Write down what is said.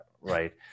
right